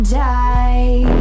die